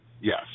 Yes